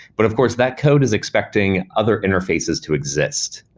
but of course that code is expecting other interfaces to exist,